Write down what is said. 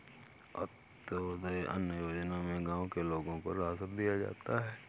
अंत्योदय अन्न योजना में गांव के लोगों को राशन दिया जाता है